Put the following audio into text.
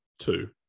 Two